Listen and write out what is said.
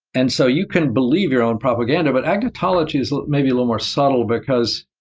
and so, you can believe your own propaganda, but agnotology is maybe a little more subtle because